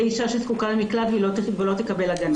אישה שתהיה זקוקה למקלט ולא תקבל הגנה.